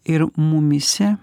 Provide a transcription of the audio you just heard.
ir mumyse